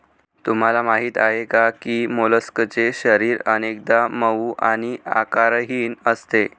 तुम्हाला माहीत आहे का की मोलस्कचे शरीर अनेकदा मऊ आणि आकारहीन असते